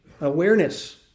awareness